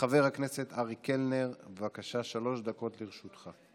חבר הכנסת אריאל קלנר, בבקשה, שלוש דקות לרשותך.